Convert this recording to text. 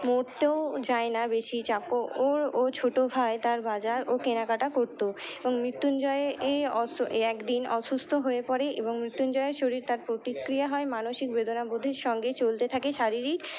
মরতেও যায় না বেশি চাপ ওর ও ছোটো ভাই তার বাজার ও কেনাকাটা করতো এবং মৃত্যুঞ্জয় এইস একদিন অসুস্থ হয়ে পড়ে এবং মৃত্যুঞ্জয়ের শরীর তার প্রতিক্রিয়া হয় মানসিক বেদনাবোধের সঙ্গে চলতে থাকে শারীরিক